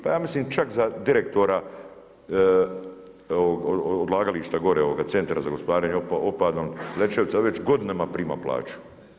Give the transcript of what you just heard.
Pa ja mislim čak za direktora odlagališta gore ovoga Centra za gospodarenje otpadom Lećevica već godinama prima plaću.